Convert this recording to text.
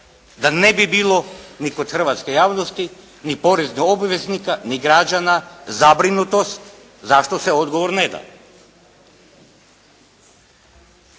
da ne bi bilo ni kod hrvatske javnosti, ni poreznih obveznika, ni građana zabrinutost zašto se odgovor ne da.